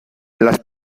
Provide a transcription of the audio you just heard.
las